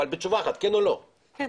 כן,